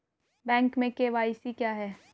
Bank में KYC क्या है?